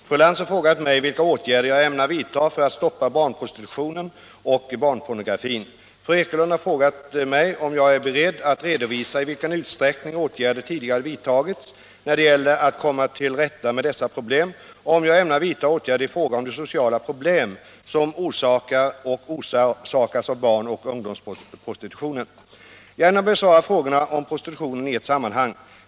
Herr talman! Fru Lantz har frågat mig vilka åtgärder jag ämnar vidta för att stoppa barnprostitutionen och barnpornografin. Fru Ekelund har frågat mig om jag är beredd att redovisa i vilken utsträckning åtgärder tidigare vidtagits när det gäller att komma till rätta med dessa problem och om jag ämnar vidta åtgärder i fråga om de sociala problem som orsakar och orsakas av barn och ungdomsprostitution. Jag ämnar besvara frågorna om prostitution i ett sammanhang.